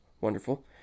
Wonderful